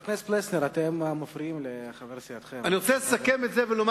אני רוצה לסכם ולומר